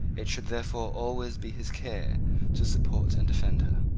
it should therefore always be his care to support and defend her.